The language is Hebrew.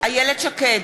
איילת שקד,